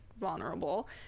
vulnerable